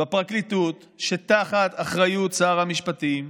בפרקליטות, שתחת אחריות שר המשפטים,